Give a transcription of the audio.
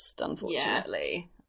unfortunately